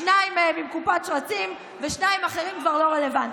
שניים מהם עם קופת שרצים ושניים אחרים כבר לא רלוונטיים.